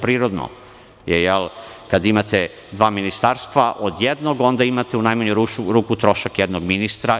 Prirodno je kad imate dva ministarstva od jednog, onda imate u najmanju ruku trošak jednog ministra.